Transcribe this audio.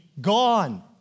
gone